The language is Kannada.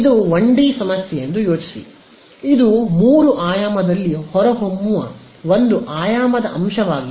ಇದು 1 ಡಿ ಸಮಸ್ಯೆ ಎಂದು ಯೋಚಿಸಿ ಇದು ಮೂರು ಆಯಾಮದಲ್ಲಿ ಹೊರಹೊಮ್ಮುವ ಒಂದು ಆಯಾಮದ ಅಂಶವಾಗಿದೆ